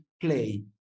play